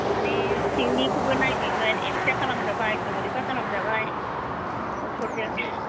माने किडनि खौबो नायबायमोन एक्सरे खालाम जाबाय सन'ग्राफि खालाम जाबाय डक्ट'र जों